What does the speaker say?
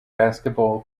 basketball